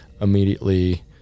immediately